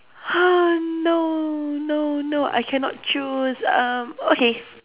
!huh! no no no I cannot choose um okay